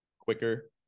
quicker